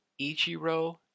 Ichiro